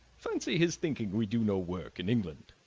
fancy his thinking we do no work in england!